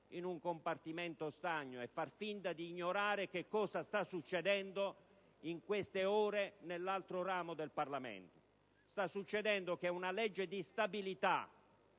in un compartimento stagno e far finta di ignorare cosa sta accadendo in queste ore nell'altro ramo del Parlamento. Mi riferisco al fatto che una legge di stabilità,